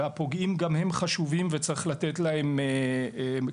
והפוגעים גם הם חשובים וצריך לתת להם קשב.